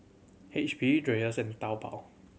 H P Dreyers and Taobao